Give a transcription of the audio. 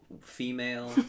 female